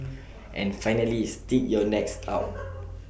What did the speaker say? and finally stick your necks out